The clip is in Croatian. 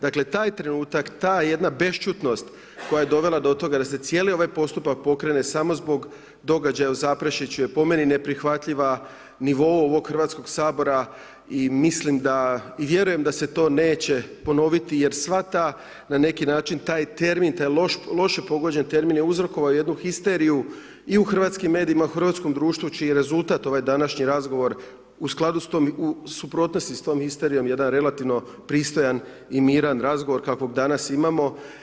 Dakle, taj trenutak, ta jedna bešćutnost, koja je dovela do toga da se cijeli ovaj postupak pokretne samo zbog događaja u Zaprešiću, je po meni neprihvatljiva, nivo u ovog Hrvatskog sabora i mislim da i vjerujem da se to neće ponoviti, jer sva ta, na neki način, taj loš pogođen termin, je uzrokovao jednu histeriju i u hrvatskim medijima, u hrvatskom društvu, čiji je rezultat ovaj današnji razgovor, u skladu s tom, u suprotnosti s tom historijom, jedan relativan pristojan i miran razgovor kakav danas imamo.